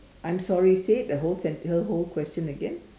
I'm sorry say it the whole sentence the whole question again